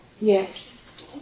Yes